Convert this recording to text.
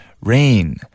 rain